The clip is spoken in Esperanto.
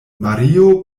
mario